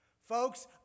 Folks